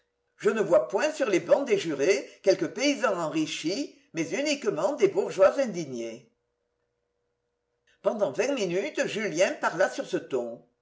je ne vois point sur les bancs des jurés quelque paysan enrichi mais uniquement des bourgeois indignés pendant vingt minutes julien parla sur ce ton